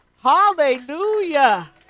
hallelujah